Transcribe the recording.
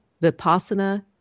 Vipassana